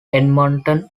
edmonton